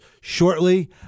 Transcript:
shortly